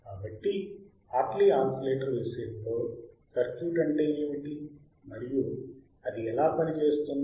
కాబట్టి Hartley oscillator విషయంలో circuit అంటే ఏమిటి మరియు అది ఎలా పనిచేస్తుంది